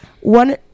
one